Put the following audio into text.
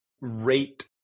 rate